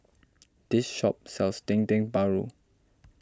this shop sells Dendeng Paru